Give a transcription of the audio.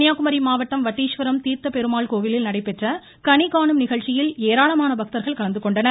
கன்னியாக்குமரி மாவட்டம் வட்டிஸ்வரம் தீர்த்த பெருமாள் கோவிலில் நடைபெற்ற கனி காணும் நிகழ்ச்சியில் ஏராளமான பக்தர்கள் கலந்துகொண்டனர்